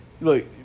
look